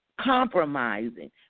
compromising